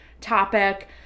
topic